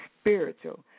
spiritual